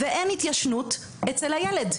אין התיישנות אצל הילד.